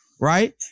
right